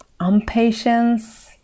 impatience